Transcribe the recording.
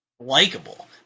Likeable